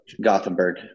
Gothenburg